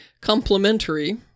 complementary